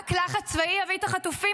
רק לחץ צבאי יחזיר את החטופים,